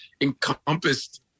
encompassed